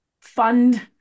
fund